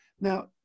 Now